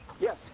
Yes